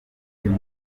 nkuru